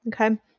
okay